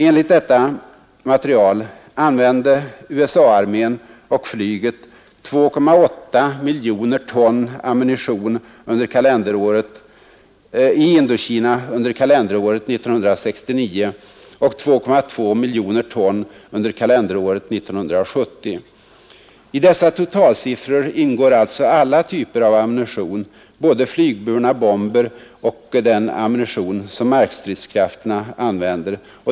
Enligt detta material använde USA-armén och flyget 2,8 miljoner ton ammunition i Indokina under kalenderåret 1969 och 2,2 miljoner ton under kalenderåret 1970. I dessa totalsiffror ingår alltså alla typer av ammunition, både flygburna bomber och den ammunition som markstridskrafterna använder.